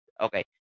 Okay